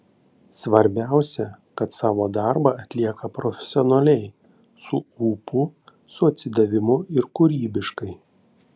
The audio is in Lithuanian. svarbiausia kad savo darbą atlieka profesionaliai su ūpu su atsidavimu ir kūrybiškai